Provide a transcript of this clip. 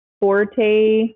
forte